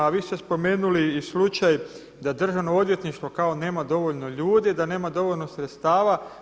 A vi ste spomenuli i slučaj da Državno odvjetništvo kao nema dovoljno ljudi, da nema dovoljno sredstva.